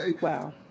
Wow